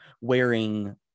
wearing